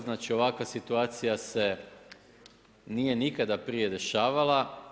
Znači ovakva situacija se nije nikada prije dešavala.